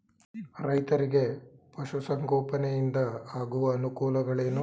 ರೈತರಿಗೆ ಪಶು ಸಂಗೋಪನೆಯಿಂದ ಆಗುವ ಅನುಕೂಲಗಳೇನು?